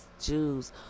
Jews